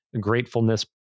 gratefulness